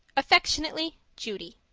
affectionately, judy